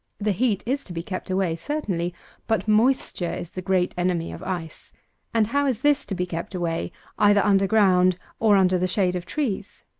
the heat is to be kept away certainly but moisture is the great enemy of ice and how is this to be kept away either under ground, or under the shade of trees?